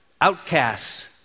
Outcasts